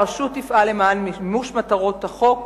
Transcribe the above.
הרשות תפעל למען מימוש מטרות החוק,